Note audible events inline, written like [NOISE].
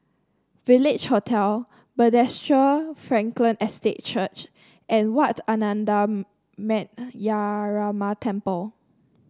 Village Hotel [UNINTELLIGIBLE] Frankel Estate Church and Wat Ananda Metyarama Temple